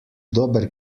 dober